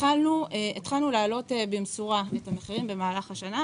התחלנו להעלות את המחירים במשורה במהלך השנה,